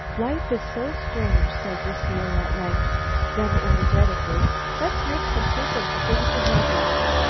life is so strange, said lucile, at length then energetically let's make some soup of the things we have left.